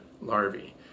larvae